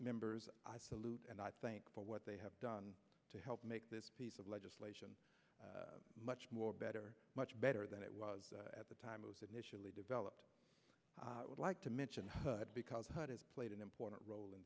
members i salute and i thank for what they have done to help make this piece of legislation much more better much better than it was at the time i was initially developed would like to mention hood because what is played an important role in